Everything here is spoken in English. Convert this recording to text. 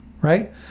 Right